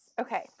Okay